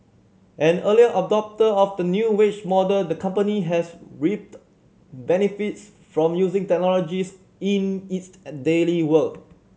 an early adopter of the new wage model the company has reaped benefits from using technologies in its a daily work